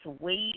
wait